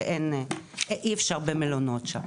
ואי אפשר במלונות שם,